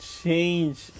change